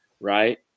right